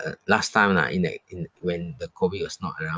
uh last time lah in the in when the COVID was not around